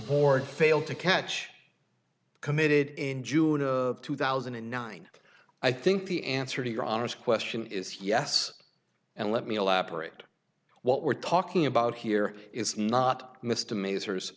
board failed to catch committed in june of two thousand and nine i think the answer to your honor's question is yes and let me elaborate what we're talking about here is not missed a maze hers